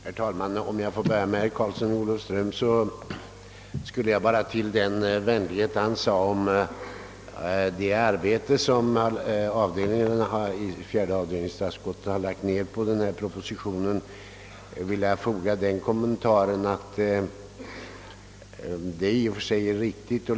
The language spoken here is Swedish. Herr talman! Om jag får börja med att svara herr Karlsson i Olofström skulle jag endast till den vänlighet han gav uttryck åt beträffande det arbete som statsutskottets fjärde avdelning har nedlagt på denna proposition vilja foga kommentaren, att detta i och för sig är riktigt.